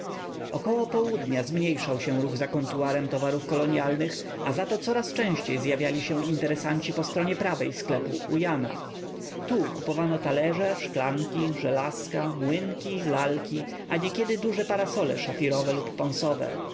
około południa zmniejszał się ruch za kontuarem towarów kolonialnych a za to coraz częściej zjawiali się interesanci po stronie prawej sklepu u jana tu kupowano talerze szklanki żelazka młynki lalki a niekiedy duże parasole szafirowe lub pąsowe